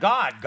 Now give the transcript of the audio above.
God